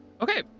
Okay